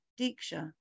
diksha